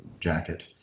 jacket